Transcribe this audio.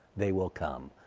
they will come.